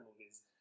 movies